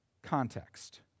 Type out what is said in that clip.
context